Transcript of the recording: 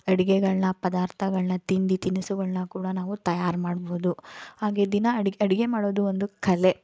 ಅಡುಗೆಗಳ್ನ ಪದಾರ್ಥಗಳ್ನ ತಿಂಡಿ ತಿನಿಸುಗಳನ್ನ ಕೂಡ ನಾವು ತಯಾರು ಮಾಡ್ಬೋದು ಹಾಗೇ ದಿನ ಅಡುಗೆ ಅಡುಗೆ ಮಾಡೋದು ಒಂದು ಕಲೆ